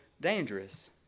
dangerous